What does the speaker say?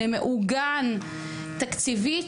למעוגן תקציבית,